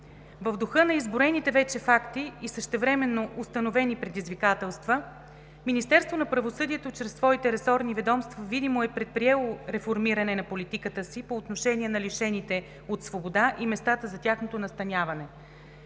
В духа на изброените вече факти и същевременно установени предизвикателства Министерството на правосъдието чрез своите ресорни ведомства видимо е предприело реформиране на политиката си по отношение на лишените от свобода и местата за тяхното настаняване.